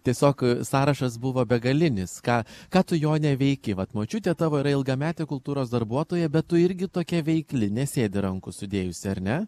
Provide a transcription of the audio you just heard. tiesiog sąrašas buvo begalinis ką ką tu jone veiki vat močiutė tavo yra ilgametė kultūros darbuotoja bet tu irgi tokia veikli nesėdi rankų sudėjusi ar ne